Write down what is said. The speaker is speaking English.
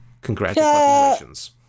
congratulations